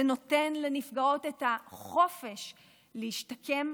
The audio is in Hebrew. זה נותן לנפגעות את החופש להשתקם,